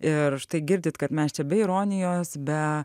ir štai girdit kad mes čia be ironijos be